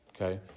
Okay